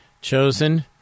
chosen